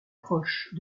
proche